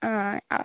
ആ അ